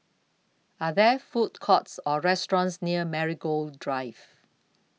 Are There Food Courts Or restaurants near Marigold Drive